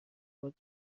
باهات